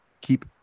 keep